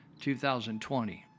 2020